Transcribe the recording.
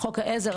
חוק העזר,